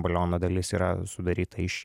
baliono dalis yra sudaryta iš